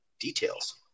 details